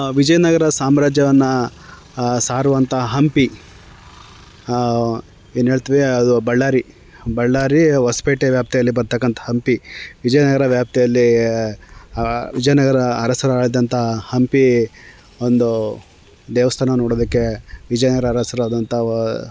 ವಿಜಯನಗರ ಸಾಮ್ರಾಜ್ಯವನ್ನು ಸಾರುವಂಥ ಹಂಪಿ ಏನು ಏಳ್ತೀವಿ ಅದು ಬಳ್ಳಾರಿ ಬಳ್ಳಾರಿ ಹೊಸ್ಪೇಟೆ ವ್ಯಾಪ್ತಿಯಲ್ಲಿ ಬರತಕ್ಕಂಥ ಹಂಪಿ ವಿಜಯನಗರ ವ್ಯಾಪ್ತಿಯಲ್ಲಿ ವಿಜಯನಗರ ಅರಸರು ಆಳಿದಂಥ ಹಂಪಿ ಒಂದು ದೇವಸ್ಥಾನ ನೋಡೋದಕ್ಕೆ ವಿಜಯನಗರ ಅರಸರಾದಂಥ ವ